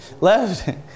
left